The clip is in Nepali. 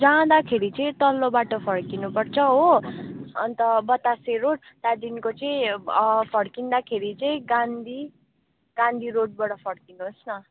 जाँदाखेरि चाहिँ तल्लो बाटो फर्किनुपर्छ हो अन्त बतासे रोड त्यहाँदेखिको चाहिँ फर्किँदाखेरि चाहिँ गान्धी गान्धी रोडबाट फर्किनुहोस् न